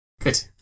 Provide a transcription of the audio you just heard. Good